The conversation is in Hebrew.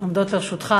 עומדות לרשותך